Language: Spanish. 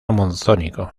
monzónico